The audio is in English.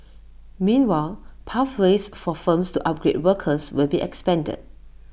meanwhile pathways for firms to upgrade workers will be expanded